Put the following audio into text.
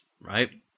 right